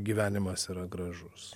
gyvenimas yra gražus